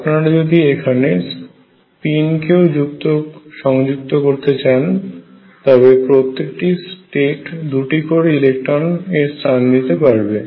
আপনারা যদি এখানে স্পিন কেউ সংযুক্ত করতে চান তবে প্রত্যেকটি স্টেট দুটি করে ইলেকট্রন এর স্থান দিতে পারবে